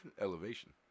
Elevation